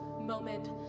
moment